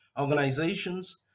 organizations